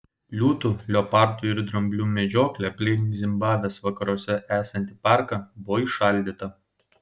liūtų leopardų ir dramblių medžioklė aplink zimbabvės vakaruose esantį parką buvo įšaldyta